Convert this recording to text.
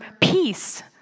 peace